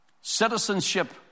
Citizenship